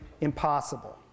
impossible